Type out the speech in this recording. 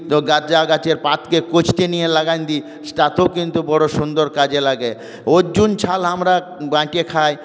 তো গাঁদা গাছের পাতাকে কোচটে নিয়ে লাগিয়ে দিই তাতেও কিন্তু বড়ো সুন্দর কাজে লাগে অর্জুন ছাল আমরা বেঁটে খাই